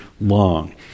long